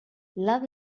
love